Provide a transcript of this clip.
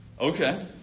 Okay